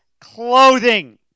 clothing